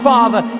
Father